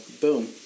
boom